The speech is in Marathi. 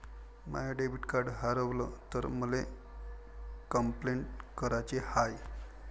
माय डेबिट कार्ड हारवल तर मले कंपलेंट कराची हाय